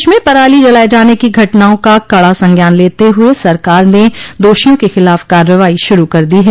प्रदेश में पराली जलाये जाने की घटनाओं का कड़ा संज्ञान लेते हुए सरकार ने दोषियों के खिलाफ कार्रवाई शुरू कर दी है